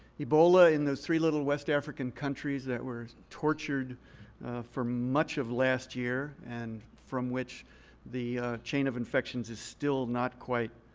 ebola in those three little west african countries that were tortured for much of last year and from which the chain of infections is still not quite